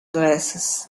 glasses